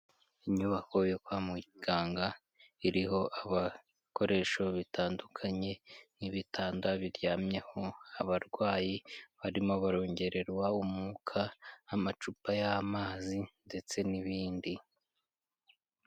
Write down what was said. Inyubako yo kwa muganga iriho ibikoresho bitandukanye; nk'ibitanda biryamyeho abarwayi barimo barongererwa umwuka, amacupa y'amazi ndetse n'ibindi.